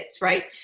right